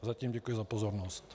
Zatím děkuji za pozornost.